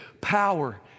power